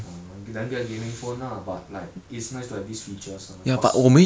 ah then get gaming phone lah but like it's nice to have these features ah cause